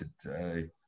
today